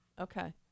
Okay